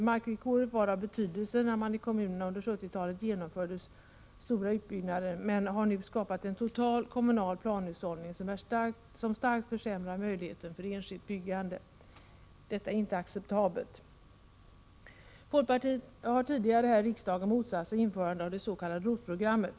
Markvillkoret var av betydelse när kommunerna under 1970-talet genomförde stora utbyggnader men har nu skapat en total kommunal planhushållning som starkt försämrar möjligheten för enskilt byggande. Detta är inte acceptabelt. Folkpartiet har tidigare här i riksdagen motsatt sig införandet av det s.k. ROT-programmet.